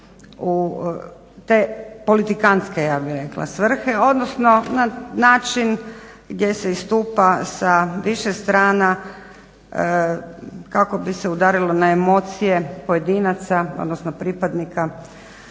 u te politikantske ja bih rekla svrhe odnosno na način gdje se istupa sa više strana kako bi se udarilo na emocije pojedinca odnosno pripadnika